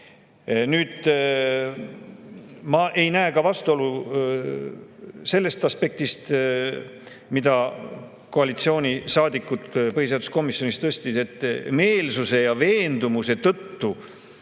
säte. Ma ei näe vastuolu ka sellest aspektist, mida koalitsioonisaadik põhiseaduskomisjonis tõstatas, et meelsuse ja veendumuse tõttu